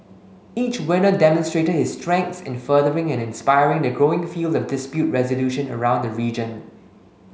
each winner demonstrated his strengths in furthering and inspiring the growing field of dispute resolution around the region